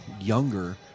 younger